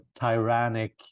tyrannic